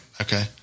okay